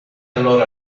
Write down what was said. allora